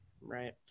right